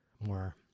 more